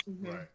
Right